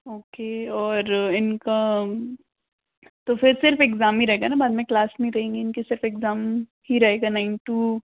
okay और इनका तो फिर सिर्फ़ इग्ज़ाम ही रहेगा ना बाद में क्लास नहीं रहेगी सिर्फ़ इग्ज़ाम ही रहेगा ना इनटू